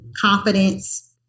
confidence